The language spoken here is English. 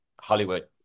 Hollywood